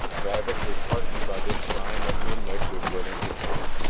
travis was heartened by this sign that menlik was willing to talk.